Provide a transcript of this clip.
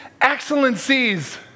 excellencies